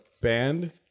band